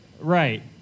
Right